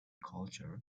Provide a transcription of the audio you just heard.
culture